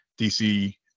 DC